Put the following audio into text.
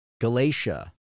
Galatia